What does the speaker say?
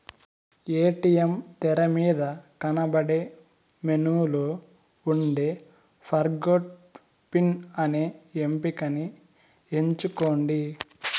ATM తెరమీద కనబడే మెనూలో ఉండే ఫర్గొట్ పిన్ అనే ఎంపికని ఎంచుకోండి